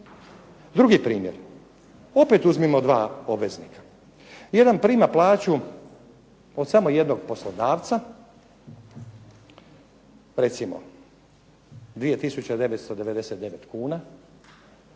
Drugi primjer, opet uzmimo dva obveznika. Jedan prima plaću od samo jednog poslodavca recimo 2999 kuna